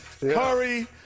Curry